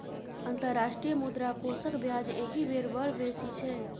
अंतर्राष्ट्रीय मुद्रा कोषक ब्याज एहि बेर बड़ बेसी छै